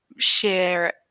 share